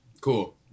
cool